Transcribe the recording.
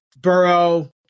Burrow